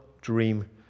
dream